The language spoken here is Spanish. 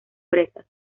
presas